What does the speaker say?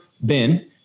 Ben